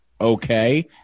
okay